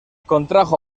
contrajo